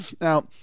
Now